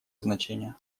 значения